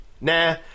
nah